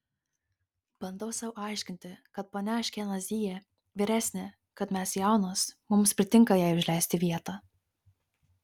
bandau sau aiškinti kad ponia aškenazyje vyresnė kad mes jaunos mums pritinka jai užleisti vietą